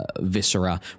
viscera